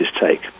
take